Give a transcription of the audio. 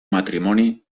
matrimoni